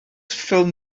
ffilm